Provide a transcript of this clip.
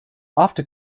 after